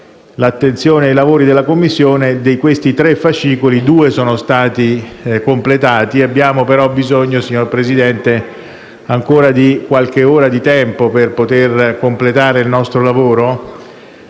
l'attenzione della Commissione, due sono stati completati. Abbiamo però bisogno, signor Presidente, ancora di qualche ora di tempo per poter completare il nostro lavoro.